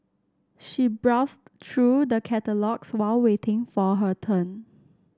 she browsed through the catalogues while waiting for her turn